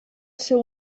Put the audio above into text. seu